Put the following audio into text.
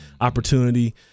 opportunity